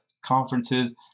conferences